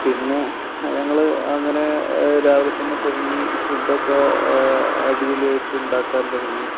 പിന്നെ ഞങ്ങള് അങ്ങനെ രാവിലെ തന്നെ തുടങ്ങി ഫുഡൊക്ക അടിപൊളിയായിട്ട് ഉണ്ടാക്കാൻ തുടങ്ങി